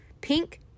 pink